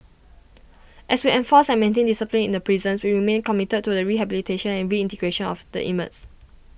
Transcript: as we enforced and maintained discipline in the prisons we remain committed to the rehabilitation and reintegration of the inmates